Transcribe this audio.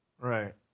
Right